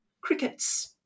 Crickets